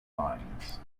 lines